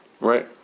Right